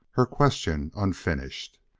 her question unfinished,